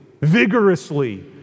vigorously